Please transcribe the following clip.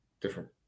different